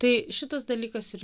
tai šitas dalykas ir